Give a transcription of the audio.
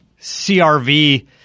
CRV